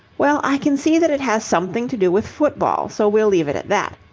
well, i can see that it has something to do with football, so we'll leave it at that.